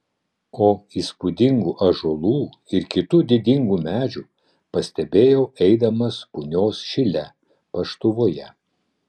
o įspūdingų ąžuolų ir kitų didingų medžių pastebėjau eidamas punios šile paštuvoje